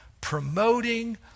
promoting